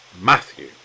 Matthew